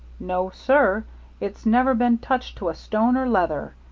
no, sir it's never been touched to a stone or leather.